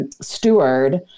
steward